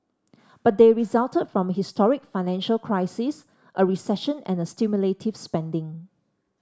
but they resulted from a historic financial crisis a recession and stimulative spending